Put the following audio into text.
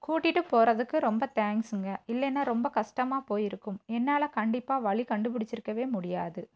கூட்டிகிட்டு போகிறதுக்கு ரொம்ப தேங்க்ஸுங்க இல்லைன்னா ரொம்ப கஷ்டமாக போயிருக்கும் என்னால் கண்டிப்பாக வழி கண்டுபிடிச்சுருக்கவே முடியாது